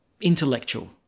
intellectual